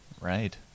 right